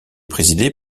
présidée